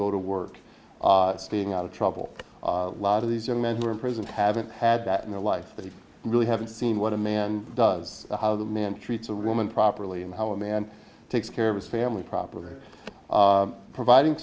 go to work staying out of trouble lot of these young men who are imprisoned haven't had that in their life they really haven't seen what a man does how the man treats a woman properly and how a man takes care of his family properly providing